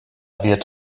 wird